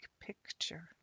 picture